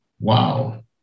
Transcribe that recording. Wow